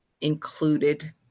included